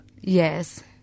Yes